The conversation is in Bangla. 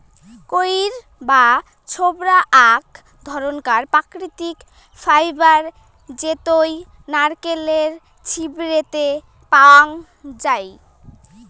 কইর বা ছোবড়া আক ধরণকার প্রাকৃতিক ফাইবার জেইতো নারকেলের ছিবড়ে তে পাওয়াঙ যাই